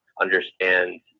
understand